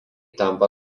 tampa